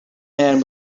man